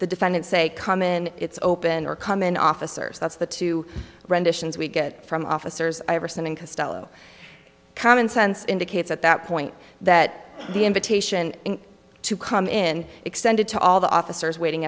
the defendant say come in it's open or come in officers that's the two renditions we get from officers iverson and costello common sense indicates at that point that the invitation to come in extended to all the officers waiting